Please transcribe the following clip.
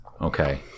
Okay